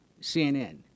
CNN